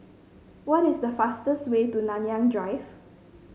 what is the fastest way to Nanyang Drive